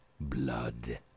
blood